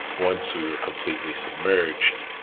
once we were completely submerged,